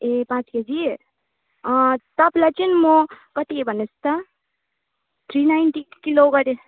ए पाँच केजी तपाईँलाई चाहिँ म कति भन्नुहोस् त थ्री नाइन्टी किलो गरेर